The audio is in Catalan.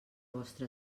vostre